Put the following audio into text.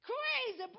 Crazy